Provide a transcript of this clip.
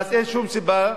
אין שום סיבה,